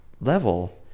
level